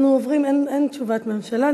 אין תשובת ממשלה.